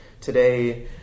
today